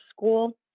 school